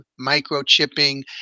microchipping